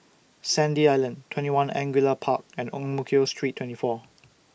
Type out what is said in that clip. Sandy Island TwentyOne Angullia Park and Ang Mo Kio Street twenty four